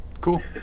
Cool